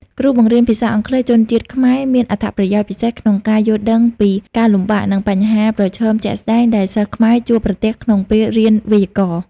គ្រូបង្រៀនភាសាអង់គ្លេសជនជាតិខ្មែរមានអត្ថប្រយោជន៍ពិសេសក្នុងការយល់ដឹងពីការលំបាក និងបញ្ហាប្រឈមជាក់ស្តែងដែលសិស្សខ្មែរជួបប្រទះក្នុងពេលរៀនវេយ្យាករណ៍។